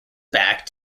backed